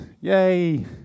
Yay